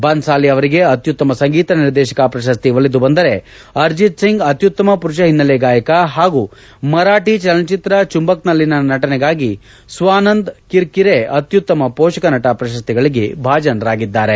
ಬನ್ಲಾಲಿ ಅವರಿಗೆ ಅತ್ಯುತ್ತಮ ಸಂಗೀತ ನಿರ್ದೇಶಕ ಪ್ರಶಸ್ತಿ ಒಲಿದು ಬಂದರೆ ಅರ್ಜಿತ್ ಸಿಂಗ್ ಅತ್ಯುತ್ತಮ ಪುರುಷ ಹಿನ್ನೆಲೆ ಗಾಯಕ ಹಾಗೂ ಮರಾಠಿ ಚಲನಚಿತ್ರ ಚುಂಬಕ್ನಲ್ಲಿನ ನಟನೆಗಾಗಿ ಸ್ವಾನಂದ್ ಕಿರ್ಕಿರೆ ಅತ್ಯುತ್ತತ ಪೋಷಕ ನಟ ಪ್ರಶಸ್ತಿಗಳಿಗೆ ಭಾಜನರಾಗಿದ್ದಾರೆ